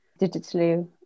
digitally